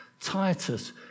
Titus